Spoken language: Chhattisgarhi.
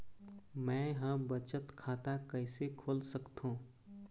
मै ह बचत खाता कइसे खोल सकथों?